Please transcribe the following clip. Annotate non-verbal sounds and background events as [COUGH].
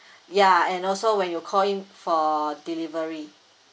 [BREATH] ya and also when you call in for delivery